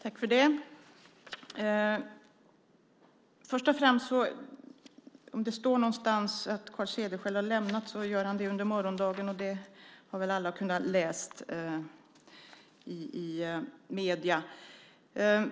Herr talman! Först och främst: Om det står någonstans att Carl Cederschiöld redan har lämnat sitt paket kan jag säga att han gör det under morgondagen. Det har väl alla kunnat läsa i medierna.